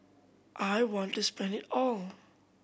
I want to spend it all